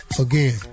Again